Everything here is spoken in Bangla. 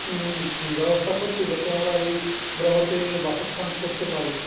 ব্যবস্থা করছে যাতে আমরা এই গ্রহতে বাসস্থান করতে পারি